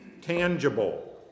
tangible